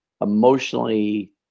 emotionally